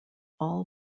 all